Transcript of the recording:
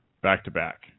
back-to-back